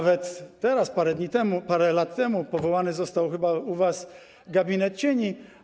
Nawet teraz, parę dni temu, parę lat temu powołany został chyba u was gabinet cieni.